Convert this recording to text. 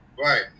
Right